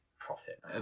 Profit